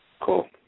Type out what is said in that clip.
Cool